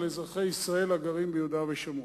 על אזרחי ישראל הגרים ביהודה ושומרון.